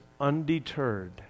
undeterred